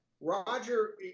Roger